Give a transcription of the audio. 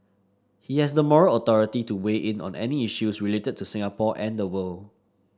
he has the moral authority to weigh in on any issues related to Singapore and the world